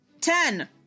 Ten